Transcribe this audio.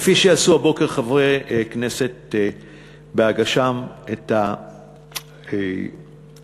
כפי שעשו הבוקר חברי כנסת בהגישם את הנושא לבג"ץ.